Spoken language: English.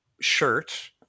shirt